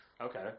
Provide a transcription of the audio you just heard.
Okay